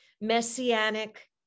messianic